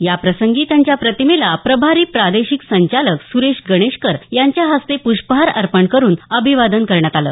या प्रसंगी त्यांच्या प्रतिमेला प्रभारी प्रादेशिक संचालक सुरेश गणेशकर यांच्या हस्ते पृष्पहार अर्पण करून अभिवादन करण्यात आलं